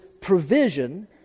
provision